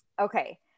Okay